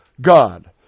God